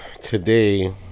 today